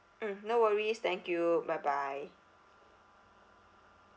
mm no worries thank you bye bye